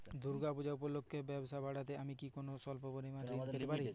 দূর্গা পূজা উপলক্ষে ব্যবসা বাড়াতে আমি কি কোনো স্বল্প ঋণ পেতে পারি?